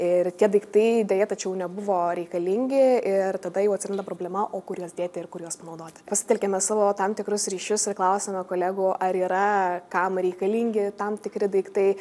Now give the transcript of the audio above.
ir tie daiktai deja tačiau nebuvo reikalingi ir tada jau atsiranda problema o kur juos dėti ir kur juos panaudoti pasitelkiame savo tam tikrus ryšius ir klausiame kolegų ar yra kam reikalingi tam tikri daiktai